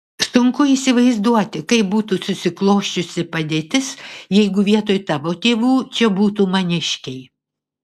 sunku įsivaizduoti kaip būtų susiklosčiusi padėtis jeigu vietoj tavo tėvų čia būtų maniškiai